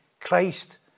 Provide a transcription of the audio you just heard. Christ